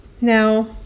Now